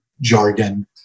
jargon